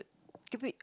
keep it